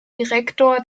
direktor